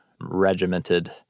regimented